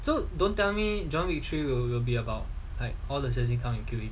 so don't tell me john wick three will will be about like all the says you can't you killing